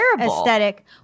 aesthetic